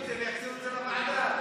שתצביע על ההסתייגות.